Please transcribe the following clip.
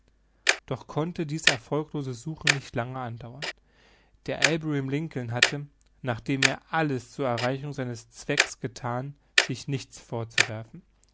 doch konnte dies erfolglose suchen nicht lange andauern der abraham lincoln hatte nachdem er alles zur erreichung seines zweckes gethan sich nichts vorzuwerfen